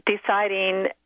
deciding